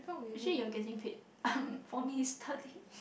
actually you're getting paid for me to study